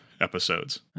episodes